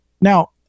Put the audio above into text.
Now